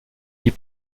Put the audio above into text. die